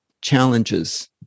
challenges